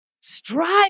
Strive